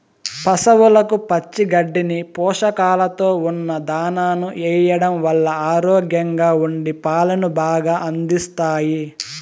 పసవులకు పచ్చి గడ్డిని, పోషకాలతో ఉన్న దానాను ఎయ్యడం వల్ల ఆరోగ్యంగా ఉండి పాలను బాగా అందిస్తాయి